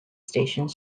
stationed